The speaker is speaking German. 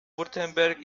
württemberg